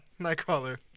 nightcrawler